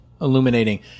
illuminating